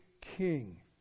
king